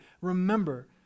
Remember